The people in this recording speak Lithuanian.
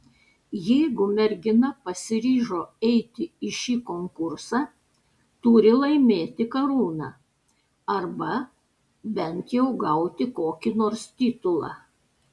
jeigu mergina pasiryžo eiti į šį konkursą turi laimėti karūną arba bent jau gauti kokį nors titulą